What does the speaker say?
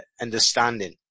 understanding